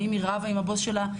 האם היא רבה עם הבוס שלה,